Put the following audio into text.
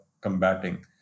combating